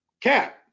Cat